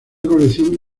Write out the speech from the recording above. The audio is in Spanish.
colección